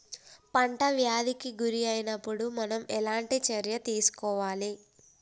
పంట వ్యాధి కి గురి అయినపుడు మనం ఎలాంటి చర్య తీసుకోవాలి?